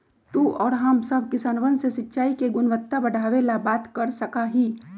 तू और हम सब किसनवन से सिंचाई के गुणवत्ता बढ़ावे ला बात कर सका ही